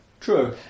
True